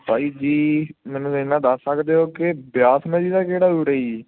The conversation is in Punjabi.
ਭਾਈ ਜੀ ਮੈਨੂੰ ਇਨਾ ਦੱਸ ਸਕਦੇ ਹੋ ਕਿ ਬਿਆਸ ਨਦੀ ਦਾ ਕਿਹੜਾ ਰੂਟ ਹੈ ਜੀ